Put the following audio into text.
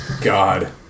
God